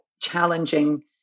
challenging